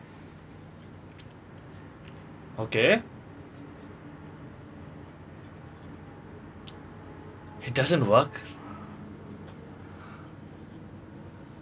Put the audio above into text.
okay it doesn't work